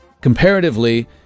Comparatively